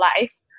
life